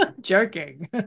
Joking